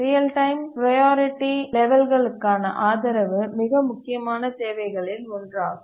real time priority லெவல்களுக்கான ஆதரவு மிக முக்கியமான தேவைகளில் ஒன்றாகும்